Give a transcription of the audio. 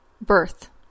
Birth